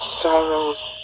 sorrow's